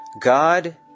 God